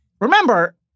Remember